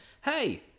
hey